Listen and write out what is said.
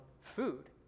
food